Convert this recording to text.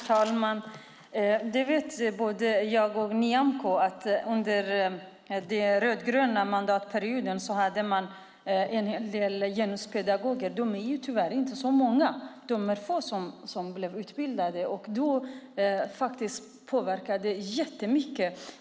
Her talman! Både jag och Nyamko Sabuni vet att man under den rödgröna mandatperioden hade en hel del genuspedagoger. De är tyvärr inte så många. Det är få som blev utbildade. De har påverkat mycket.